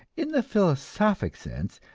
in the philosophic sense,